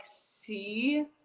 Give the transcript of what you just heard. see